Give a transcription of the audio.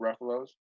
Ruffalo's